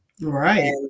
Right